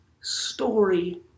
story